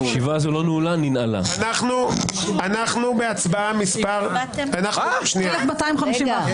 אנחנו בהצבעה מס' --- 1,251.